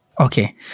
Okay